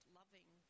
loving